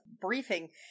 briefing